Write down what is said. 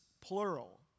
plural